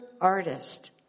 artist